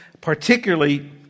particularly